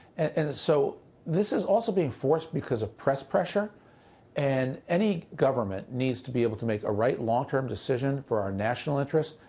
and so this is also being forced because of press pressure and any government needs to be able to make a right long-term decision for our national interests,